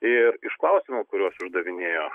ir iš klausimų kuriuos uždavinėjo